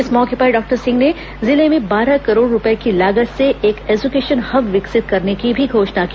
इस मौके पर डॉक्टर सिंह ने जिले में बारह करोड़ रूपए की लागत से एक एजुकेशन हब विकसित करने की भी घोषणा की